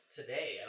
today